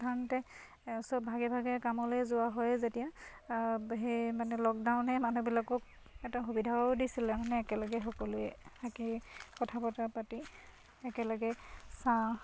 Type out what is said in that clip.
সাধাৰণতে চব ভাগে ভাগে কামলৈ যোৱা হয়ে যেতিয়া সেই মানে লকডাউনে মানুহবিলাকক এটা সুবিধাও দিছিলে মানে একেলগে সকলোৱে একেই কথা বতৰা পাতি একেলগে চাওঁ